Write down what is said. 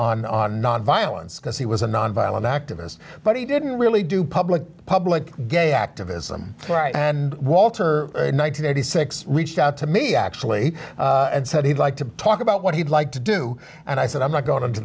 n nonviolence because he was a nonviolent activist but he didn't really do public public gay activism and walter nine hundred eighty six reached out to me actually and said he'd like to talk about what he'd like to do and i said i'm not going to